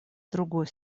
другой